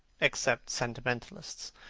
except sentimentalists.